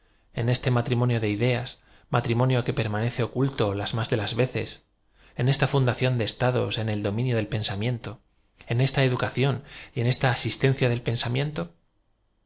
en este matrimonio de ideas matrimo nio que permanece oculto las más de las veces en esta fundación de estados en el dominio del pensamiento en esta educación y en esta asistencia del pensamien